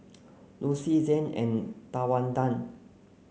Lucy Zain and Tawanda